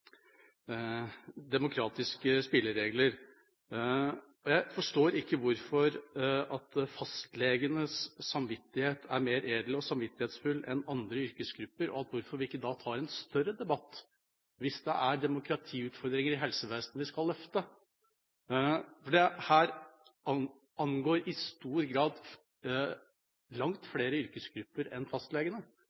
demokratiske spilleregler. Jeg forstår ikke hvorfor fastlegenes samvittighet er mer edel og samvittighetsfull enn andre yrkesgruppers, og hvorfor vi ikke da tar en større debatt – hvis det er demokratiutfordringer i helsevesenet vi skal løfte. For dette angår i stor grad langt flere yrkesgrupper enn fastlegene.